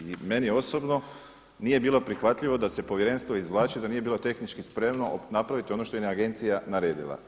I meni osobno nije bilo prihvatljivo da se povjerenstvo izvlači da nije bilo tehnički spremno napraviti ono što je agencija naradila.